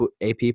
AP